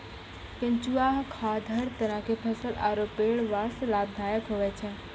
केंचुआ खाद हर तरह के फसल आरो पेड़ वास्तॅ लाभदायक होय छै